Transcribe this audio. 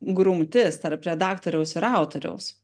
grumtis tarp redaktoriaus ir autoriaus